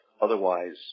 Otherwise